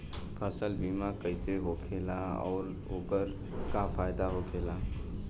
फसल बीमा कइसे होखेला आऊर ओकर का फाइदा होखेला?